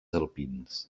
alpins